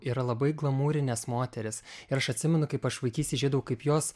yra labai glamūrinės moterys ir aš atsimenu kaip aš vaikystėj žiūrėdavau kaip jos